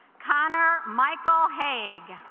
connor michael hague